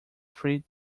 three